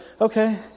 okay